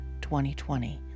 2020